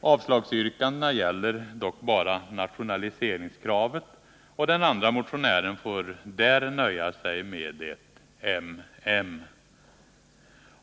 Avslagsyrkandet gäller dock bara nationaliseringskravet, och beträffande den andra motionen får motionärerna på den här punkten nöja sig med ett ”m.m.”.